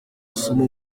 masomo